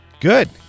Good